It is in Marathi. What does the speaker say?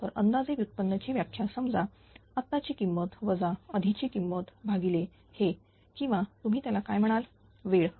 तर अंदाजे व्युत्पन्न ची व्याख्या समजा आत्ता ची किंमत वजा आधी ची किंमत भागिले हे किंवा तुम्ही त्यांना काय म्हणाल वेळ